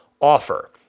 offer